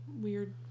weird